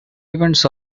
events